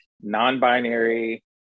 non-binary